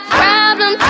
problem